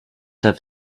have